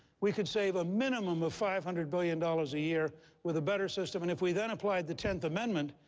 we could save a minimum of five hundred billion dollars a year with a better system. and if we then applied the tenth amendment,